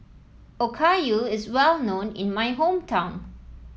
Okayu is well known in my hometown